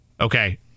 Okay